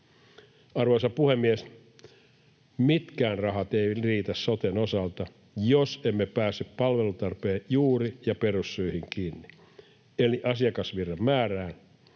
Arvoisa puhemies! Mitkään rahat eivät riitä soten osalta, jos emme pääse kiinni palvelutarpeen juuri- ja perussyihin eli asiakasvirran määrään.